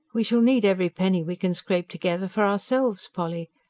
we shall need every penny we can scrape together, for ourselves, polly.